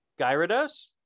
Gyarados